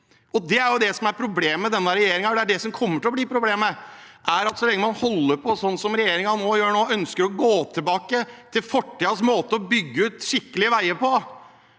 Det er det som er problemet med denne regjeringen, og det er det som kommer til å bli problemet. Så lenge man holder på slik regjeringen gjør nå og ønsker å gå tilbake til fortidens måte å bygge ut skikkelige veier på,